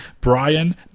Brian